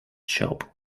shop